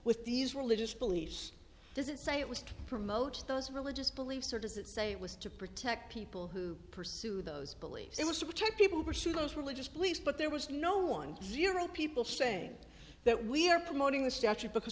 with these religious beliefs does it say it was to promote those religious beliefs or does it say it was to protect people who pursue those beliefs it was to protect people pursue those religious beliefs but there was no one zero people saying that we're promoting the statute because